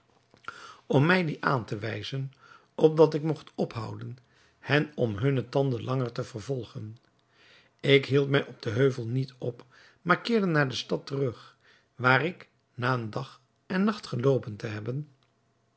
om mij die aan te wijzen opdat ik mogt ophouden hen om hunne tanden langer te vervolgen ik hield mij op den heuvel niet op maar keerde naar de stad terug waar ik na een dag en nacht geloopen te hebben